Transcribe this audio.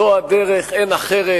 זו הדרך, אין אחרת.